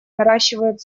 наращивают